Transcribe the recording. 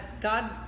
God